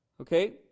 Okay